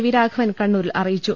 V Raghavan കണ്ണൂരിൽ അറിയിച്ചു